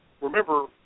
Remember